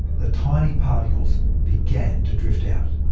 the tiny particles began to drift out.